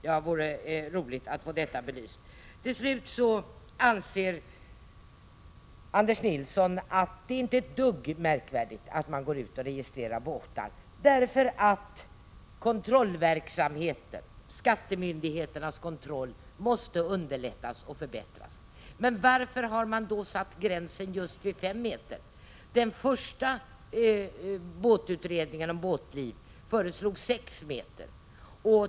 Det vore roligt att få detta belyst. Anders Nilsson anser att det inte är ett dugg märkvärdigt att man registrerar båtar, därför att kontrollverksamheten, skattemyndigheternas kontroll, måste underlättas och förbättras. Varför har man då satt gränsen vid just 5 meter? Den första utredningen om båtliv föreslog 6 meter.